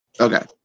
Okay